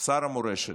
שר המורשת,